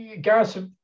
Gareth